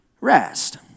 rest